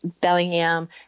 Bellingham